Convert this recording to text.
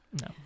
no